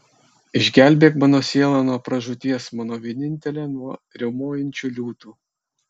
išgelbėk mano sielą nuo pražūties mano vienintelę nuo riaumojančių liūtų